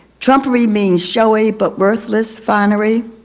trumpery means showy but worthless finery,